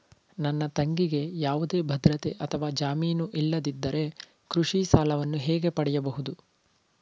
ನನ್ನ ತಂಗಿಗೆ ಯಾವುದೇ ಭದ್ರತೆ ಅಥವಾ ಜಾಮೀನು ಇಲ್ಲದಿದ್ದರೆ ಕೃಷಿ ಸಾಲವನ್ನು ಹೇಗೆ ಪಡೆಯಬಹುದು?